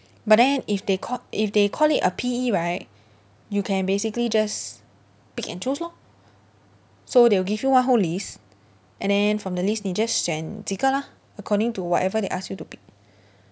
but then if they call if they call it a P_E right you can basically just pick and choose lor so they will give you one whole list and then from the list 你 just 选几个 lah according to whatever they ask you to pick